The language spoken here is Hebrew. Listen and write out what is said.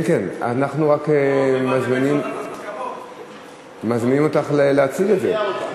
אנחנו מזמינים אותך להציג את זה.